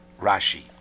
Rashi